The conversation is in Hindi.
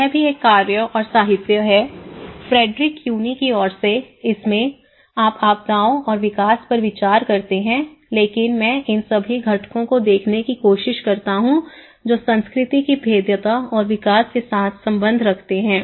यह भी एक कार्य और साहित्य है फ्रेडरिक क्यूनी की ओर से इसमें आप आपदाओं और विकास पर विचार करते हैं लेकिन मैं इन सभी घटकों को देखने की कोशिश करता हूं जो संस्कृति की भेद्यता और विकास के साथ संबंध रखते हैं